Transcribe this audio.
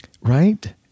Right